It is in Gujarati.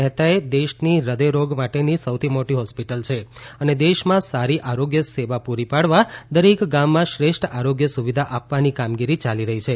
મહેતા એ દેશની હૃદયરોગ માટેની સૌથી મોટી હોસ્પિટલ છે અને દેશમાં સારી આરોગ્ય સેવા પુરી પાડવા દરેક ગામમાં શ્રેષ્ઠ આરોગ્ય સુવિધા આપવાની કામગીરી યાલી રહી છે